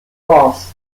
lost